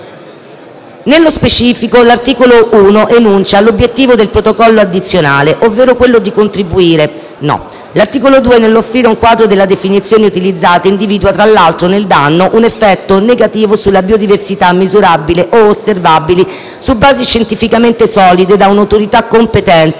Nello specifico, l'articolo 1 enuncia l'obiettivo del protocollo addizionale. L'articolo 2, nell'offrire un quadro delle definizioni utilizzate, individua tra l'altro nel «danno» un effetto negativo sulla biodiversità misurabile o osservabile su basi scientificamente solide da un'autorità competente